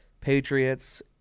Patriots